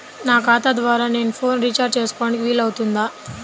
నా ఖాతా ద్వారా నేను ఫోన్ రీఛార్జ్ చేసుకోవడానికి వీలు అవుతుందా?